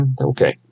okay